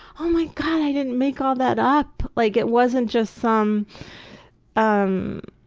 oh my god, i didn't make all that up. like it wasn't just some um